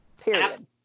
period